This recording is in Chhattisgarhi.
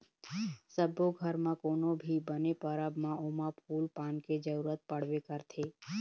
सब्बो घर म कोनो भी बने परब म ओमा फूल पान के जरूरत पड़बे करथे